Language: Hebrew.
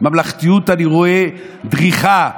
"ממלכתיות" אני רואה דריכה,